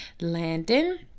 Landon